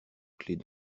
clefs